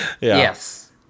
Yes